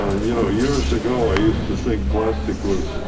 ah you know, years ago i used to think plastic was,